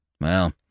Well